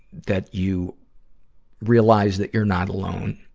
that you realize that you're not alone,